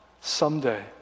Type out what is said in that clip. someday